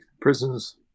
prisons